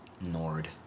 Nord